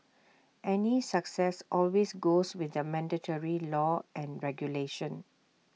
any success always goes with the mandatory law and regulation